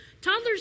toddlers